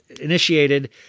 initiated